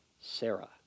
Sarah